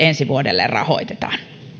ensi vuodelle rahoitetaan